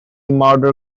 murder